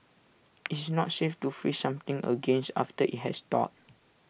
it's not safe to freeze something again after IT has thawed